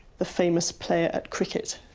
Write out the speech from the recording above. the famous player at cricket.